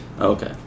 okay